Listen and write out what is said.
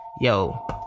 Yo